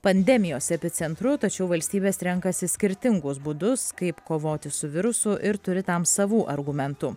pandemijos epicentru tačiau valstybės renkasi skirtingus būdus kaip kovoti su virusu ir turi tam savų argumentų